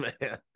man